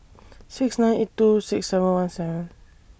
six nine eight two six seven one seven